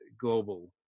global